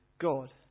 God